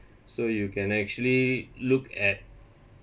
so you can actually look at